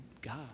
God